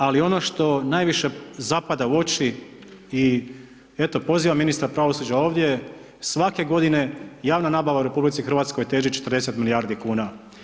Ali, ono što najviše zapada u oči, i eto, pozivam ministra pravosuđa ovdje, svake godine javna nabava u RH teži 40 milijardi kn.